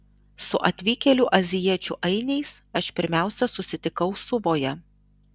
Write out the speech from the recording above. su atvykėlių azijiečių ainiais aš pirmiausia susitikau suvoje